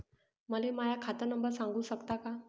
मले माह्या खात नंबर सांगु सकता का?